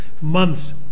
months